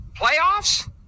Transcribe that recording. playoffs